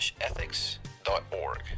ethics.org